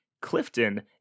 Clifton